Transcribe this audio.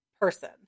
person